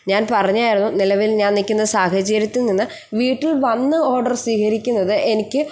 ഞാൻ പറഞ്ഞായിരുന്നു നിലവിൽ ഞാൻ നിൽക്കുന്ന സാഹചര്യത്തിൽ നിന്ന് വീട്ടിൽ വന്ന് ഓഡർ സീകരിക്കുന്നത് എനിക്ക്